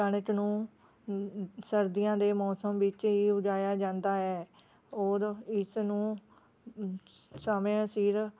ਕਣਕ ਨੂੰ ਸਰਦੀਆਂ ਦੇ ਮੌਸਮ ਵਿੱਚ ਹੀ ਉਗਾਇਆ ਜਾਂਦਾ ਹੈ ਔਰ ਇਸਨੂੰ ਸਮੇਂ ਸਿਰ